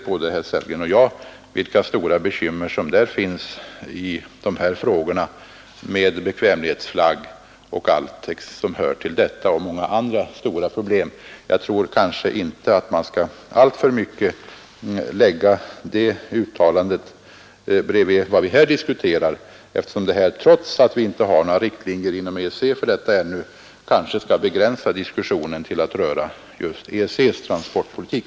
Både herr Sellgren och jag vet vilka stora bekymmer som här finns när det gäller exempelvis bekvämlighetsflagg, med allt som hör därtill, och många andra stora problem. Jag tror inte att man alltför mycket skall sätta det uttalandet i samband med vad vi här diskuterar. Trots att man ännu inte har några riktlinjer för detta inom EEC, kanske vi skall begränsa diskussionen till att röra just EEC:s transportpolitik.